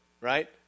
right